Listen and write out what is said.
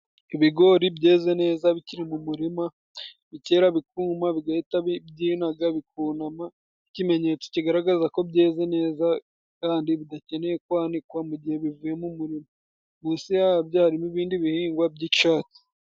Ibigori byeze neza bikiri mu murima bikera, bikuma, bigahita byinaga bikunama, ikimenyetso kigaragaza ko byeze neza kandi bidakeneye kwanikwa mu gihe bivuye mu murima. Munsi ya byo hari ibindi bihingwa by'icatsi.